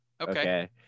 Okay